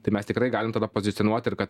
tai mes tikrai galim tada pozicionuoti ir kad